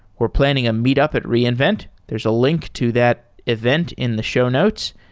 we're planning a meet up at reinvent. there's a link to that event in the show notes,